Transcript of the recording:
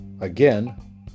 again